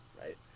right